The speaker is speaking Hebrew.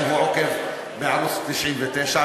אם הוא עוקב בערוץ 99,